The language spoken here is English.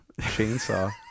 Chainsaw